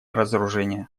разоружение